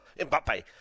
Mbappe